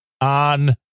on